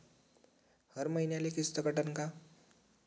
हर मईन्याले किस्त कटन का?